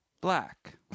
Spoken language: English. Black